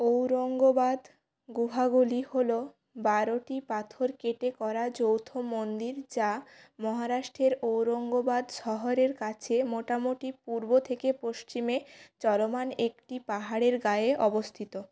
ঔরঙ্গবাদ গুহাগুলি হলো বারোটি পাথর কেটে করা যৌথ মন্দির যা মহারাষ্ট্রের ঔরঙ্গাবাদ শহরের কাছে মোটামোটি পূর্ব থেকে পশ্চিমে চলমান একটি পাহাড়ের গায়ে অবস্থিত